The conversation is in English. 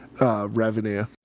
Revenue